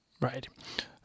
Right